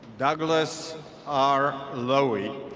douglas r. lowy,